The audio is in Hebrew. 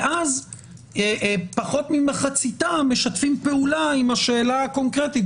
ואז פחות ממחציתם משתפים פעולה עם השאלה הקונקרטית,